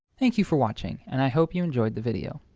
thank you for watching, and i hope you enjoyed the video.